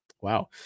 Wow